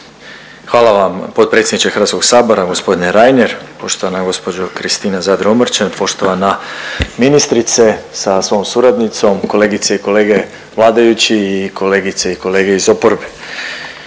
Hvala vam potpredsjedniče Hrvatskog sabora gospodine Reiner, poštovana gospođo Kristina Zadro Omrčen, poštovana ministrice sa svojoj suradnicom, kolegice i kolege vladajući i kolegice i kolege iz oporbe,